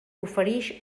oferix